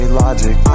logic